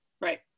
Right